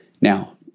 Now